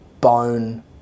bone